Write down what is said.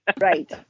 Right